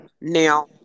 now